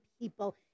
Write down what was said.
people